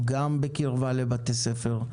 גם בקרבה לבתי ספר,